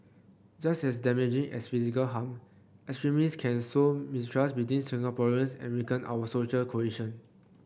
just as damaging as physical harm extremists can sow mistrust between Singaporeans and weaken our social cohesion